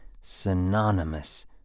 synonymous